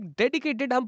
dedicated